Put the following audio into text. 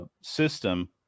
system